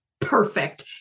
perfect